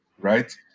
right